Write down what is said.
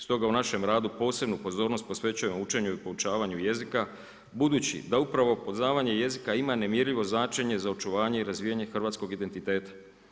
Stoga u našem radu posebnu pozornost posvećujemo učenju i poučavanju jezika budući da upravo poznavanje jezika ima nemjerljivo značenje za očuvanje i razvijanje hrvatskog identiteta.